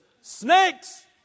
snakes